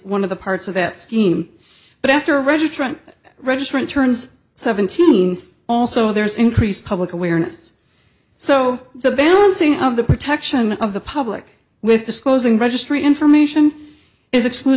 one of the parts of that scheme but after registrant registrant turns seventeen also there is increased public awareness so the balancing of the protection of the public with disclosing registry information is